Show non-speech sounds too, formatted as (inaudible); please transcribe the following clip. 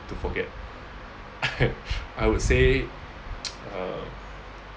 to forget (laughs) I would say (noise) um